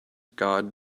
god